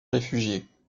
réfugiés